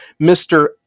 Mr